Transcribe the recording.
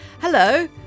hello